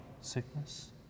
sickness